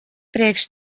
priekš